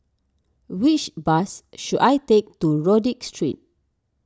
which bus should I take to Rodyk Street